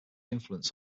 influence